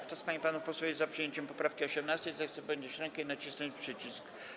Kto z pań i panów posłów jest za przyjęciem poprawki 18., zechce podnieść rękę i nacisnąć przycisk.